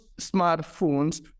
smartphones